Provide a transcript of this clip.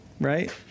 right